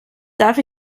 darf